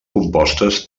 compostes